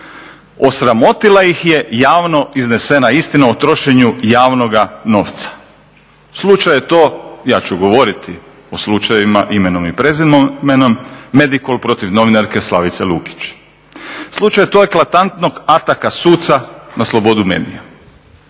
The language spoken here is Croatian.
Osramotila ih je javno iznesena istina o trošenju javnoga novca. Slučaj je to, ja ću govoriti o slučajevima imenom i prezimenom, Medikol protiv novinarke Slavice Lukić. Slučaj je to eklatantnog ataka suca na slobodu medija.